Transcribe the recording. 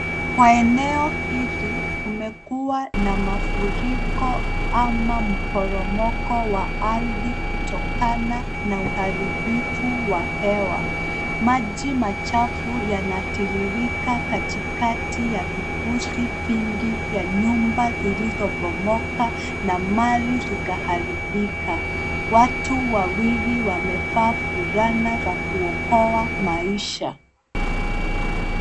Kwa eneo hili kumekuwa na mafuriko ama poromoko wa ardhi kutokana na uharibifu wa hewa. Maji machafu yanatiririka katikati ya vifusi vingi vya nyumba ziilizobomo na mali zikaharimbika. Watu wawili wamevaa fulana za kuokoa maisha.